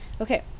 okay